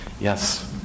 Yes